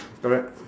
correct